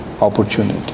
opportunity